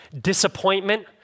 disappointment